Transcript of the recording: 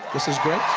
this is great.